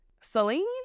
Celine